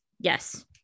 Yes